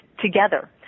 together